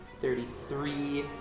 thirty-three